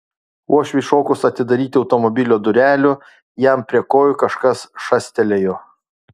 uošviui šokus atidaryti automobilio durelių jam prie kojų kažkas šastelėjo